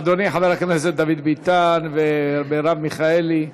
אדוני חבר הכנסת דוד ביטן ומרב מיכאלי,